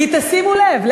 כי תשימו לב,